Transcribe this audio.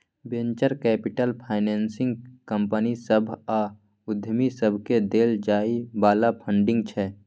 venture capital financing company सभ आ उद्यमी सबकेँ देल जाइ बला फंडिंग छै